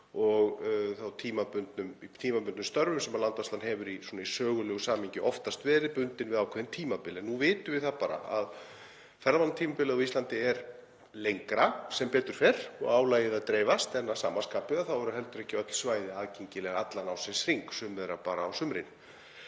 og í tímabundnum störfum en landvarslan hefur í sögulegu samhengi oftast verið bundin við ákveðin tímabil. En nú vitum við það bara að ferðamannatímabilið á Íslandi er lengra sem betur fer og álagið að dreifast. Að sama skapi eru heldur ekki öll svæði aðgengileg allan ársins hring, sum þeirra bara á sumrin.